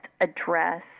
address